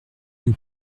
nous